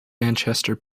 manchester